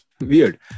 Weird